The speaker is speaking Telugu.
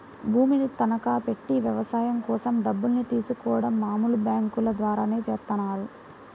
భూమిని తనఖాబెట్టి వ్యవసాయం కోసం డబ్బుల్ని తీసుకోడం మామూలు బ్యేంకుల ద్వారానే చేత్తన్నారు